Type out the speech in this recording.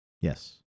Yes